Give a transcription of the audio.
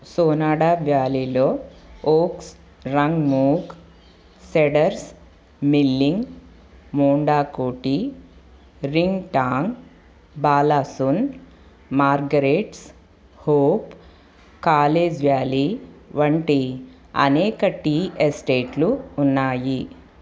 సోనాడా వ్యాలీలో వోక్స్ Rangmook cedars మిల్లింగ్ Mondakothi Ringtong Balasun Margaret's Hope College Valley వంటి అనేక టీ ఎస్టేట్లు ఉన్నాయి